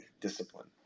discipline